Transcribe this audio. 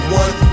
one